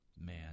man